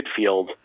midfield